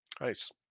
Nice